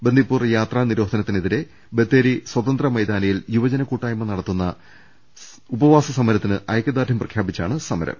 ബന്ദിപൂർ യാത്രാ നിരോധനത്തിന് എതിരെ ബത്തേരി സ്വതന്ത്ര മൈതാനിയിൽ യുവജന കൂട്ടായ്മ നടത്തുന്ന അനിശ്ചിതകാല സമരത്തിന് ഐക്യദാർഢ്യം പ്രഖ്യാപി ച്ചാണ് സമരം